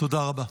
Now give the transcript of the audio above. תודה רבה.